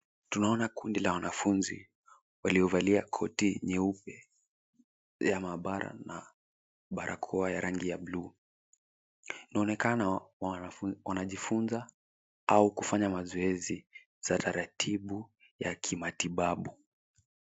Tunaona kundi la wanafunzi waliovalia koti nyeupe ya maabara na barakoa ya rangi ya bluu. Wanaonekana wanajifunza au kufanya mazoezi za taratibu ya kimatibabu.